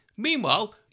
Meanwhile